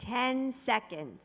ten seconds